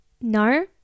no